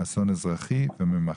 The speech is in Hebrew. אסון אזרחי ומחלה.